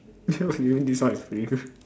what you mean this one is pretty good